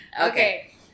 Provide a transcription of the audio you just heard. Okay